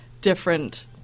different